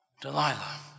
Delilah